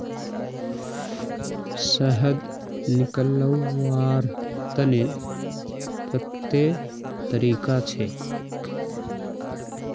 शहद निकलव्वार तने कत्ते तरीका छेक?